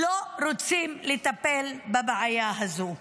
לא רוצים לטפל בבעיה הזו.